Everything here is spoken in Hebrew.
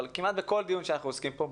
שבכל דיון ונושא שאנחנו עוסקים בו,